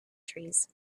trees